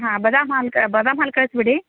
ಹಾಂ ಬದಾಮಿ ಹಾಲು ಕ ಬದಾಮಿ ಹಾಲು ಕಳಿಸ್ಬಿಡಿ